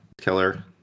killer